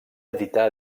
edità